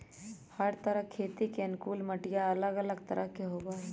हर तरह खेती के अनुकूल मटिया अलग अलग तरह के होबा हई